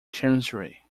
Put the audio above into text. chancery